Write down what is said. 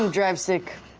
um drive stick.